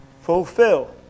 Fulfill